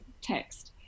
text